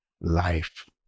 life